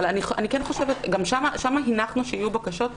אבל גם שם הנחנו שיהיו בקשות,